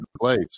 place